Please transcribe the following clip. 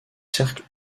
cercle